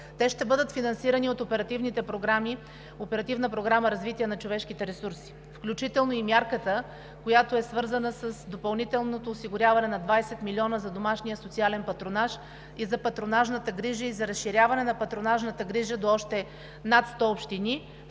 ще бъдат финансирани от Оперативна програма „Развитие на човешките ресурси“, включително и мярката, която е свързана с допълнителното осигуряване на 20 милиона за домашния социален патронаж, за патронажната грижа и за разширяването на патронажната грижа до още над 100 общини,